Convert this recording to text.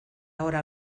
ahora